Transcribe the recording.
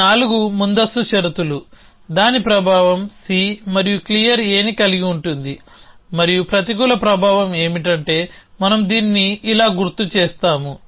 ఈ నాలుగు ముందస్తు షరతులు దాని ప్రభావం C మరియు క్లియర్ Aని కలిగి ఉంటుంది మరియు ప్రతికూల ప్రభావం ఏమిటంటే మనం దీన్ని ఇలా గుర్తు చేస్తాము